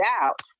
out